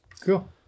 Cool